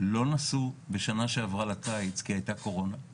לא נסעו בשנה שעבר לקיץ כי הייתה קורונה,